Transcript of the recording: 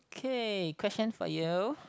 okay question for you